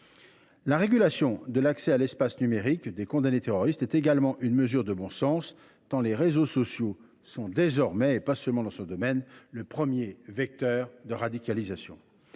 La régulation de l’accès à l’espace numérique de condamnés terroristes est également une mesure de bon sens, tant les réseaux sociaux sont désormais, dans ce domaine comme dans d’autres, le premier vecteur de radicalisation.